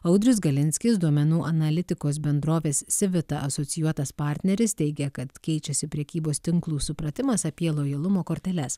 audrius galinskis duomenų analitikos bendrovės sivita asocijuotas partneris teigia kad keičiasi prekybos tinklų supratimas apie lojalumo korteles